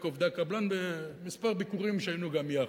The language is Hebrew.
עובדי הקבלן בכמה ביקורים שהיינו בהם יחד,